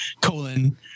colon